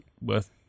worth